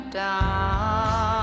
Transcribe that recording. down